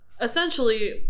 essentially